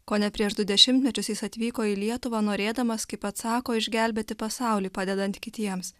kone prieš du dešimtmečius jis atvyko į lietuvą norėdamas kaip pats sako išgelbėti pasaulį padedant kitiems